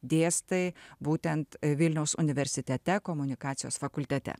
dėstai būtent vilniaus universitete komunikacijos fakultete